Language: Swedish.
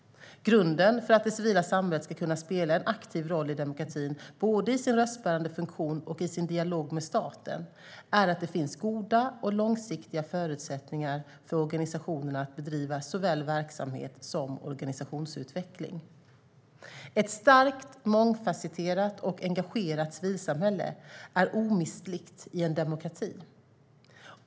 Grunden för att det civila samhället ska kunna spela en aktiv roll i demokratin, både i sin röstbärande funktion och i sin dialog med staten, är att det finns goda och långsiktiga förutsättningar för organisationerna att bedriva såväl verksamhet som organisationsutveckling. Ett starkt, mångfasetterat och engagerat civilsamhälle är omistligt i en demokrati.